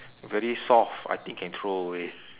very soft I think can throw away